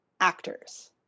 actors